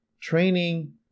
training